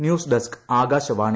news desk Akashvani